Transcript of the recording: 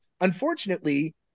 Unfortunately